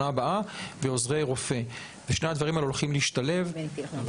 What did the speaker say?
לעוזרי רופא בשנה הבאה.